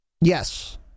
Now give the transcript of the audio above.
Yes